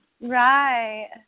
Right